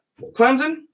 Clemson